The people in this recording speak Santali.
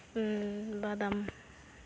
ᱵᱟᱫᱟᱢ